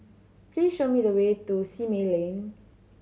please show me the way to Simei Lane